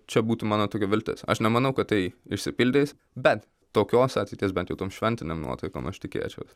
čia būtų mano tokia viltis aš nemanau kad tai išsipildys bet tokios ateities bent tom šventinėm nuotaikom aš tikėčiaus